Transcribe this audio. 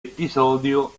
episodio